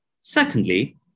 Secondly